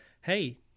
hey